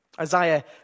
Isaiah